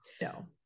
No